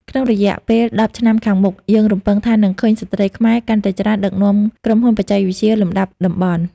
ក្នុងរយៈពេល ១០ ឆ្នាំខាងមុខ យើងរំពឹងថានឹងឃើញស្ត្រីខ្មែរកាន់តែច្រើនដឹកនាំក្រុមហ៊ុនបច្ចេកវិទ្យាលំដាប់តំបន់។